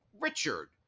Richard